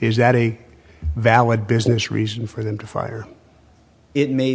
is that a valid business reason for them to fire it may